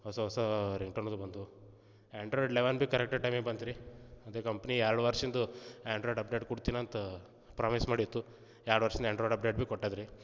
ಹೊಸ ಹೊಸ ringtone ಅದು ಬಂತು ಆ್ಯಂಡ್ರಾಯ್ಡ್ ಲೆವೆನ್ ಭೀ ಕರೆಕ್ಟ್ ಟೈಮಿಗೆ ಬಂತು ರೀ ಅದೇ ಕಂಪ್ನಿ ಎರಡು ವರ್ಷಿಂದು ಆ್ಯಂಡ್ರಾಯ್ಡ್ ಅಪ್ಡೇಟ್ ಕೊಡ್ತೇನೆ ಅಂತ ಪ್ರಾಮಿಸ್ ಮಾಡಿತ್ತು ಎರ್ಡು ವರ್ಷಿಂದ ಆ್ಯಂಡ್ರಾಯ್ಡ್ ಅಪ್ಡೇಟ್ ಭೀ ಕೊಟ್ಟಿದೆ ರೀ